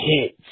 hits